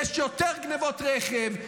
יש יותר גנבות רכב,